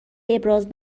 ابراز